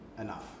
Enough